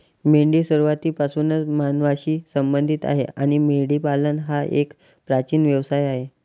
मेंढी सुरुवातीपासूनच मानवांशी संबंधित आहे आणि मेंढीपालन हा एक प्राचीन व्यवसाय आहे